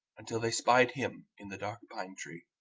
until they spied him in the dark pine-tree